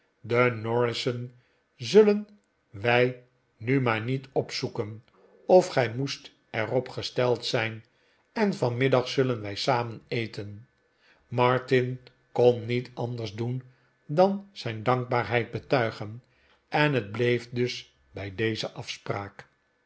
de norrissen zullen wij nu maar ni et opzoeken of gij moest er op gesteld zijn en vanmiddag zullen wij samen eten martin kon niet anders doen dan zijn dankbaarheid betuigen en het bleef dus bij deze afspraak